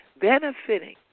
benefiting